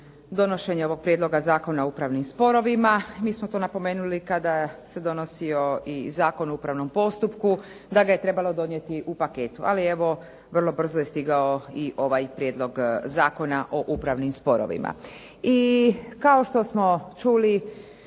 donošenje ovoga Prijedloga zakona o upravnim sporovima. Mi smo to napomenuli kada se donosio i Zakon o upravnom postupku da ga je trebalo donijeti u paketu. Ali evo, vrlo brzo je stigao i ovaj Prijedlog zakona o upravnim sporovima. I kao što smo čuli